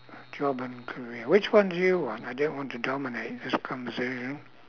job and career which one do you want I don't want to dominate this conversation